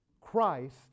Christ